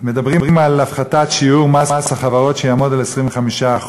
מדברים על הפחתת שיעור מס החברות, שיעמוד על 25%,